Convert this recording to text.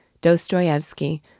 Dostoevsky